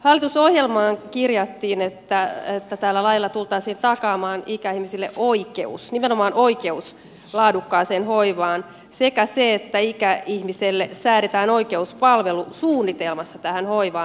hallitusohjelmaan kirjattiin että tällä lailla tultaisiin takaamaan ikäihmisille oikeus nimenomaan oikeus laadukkaaseen hoivaan sekä ikäihmiselle oikeus palvelusuunnitelmassa tähän hoivaan